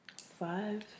five